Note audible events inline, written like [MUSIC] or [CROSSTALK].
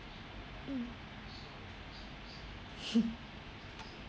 mm [LAUGHS]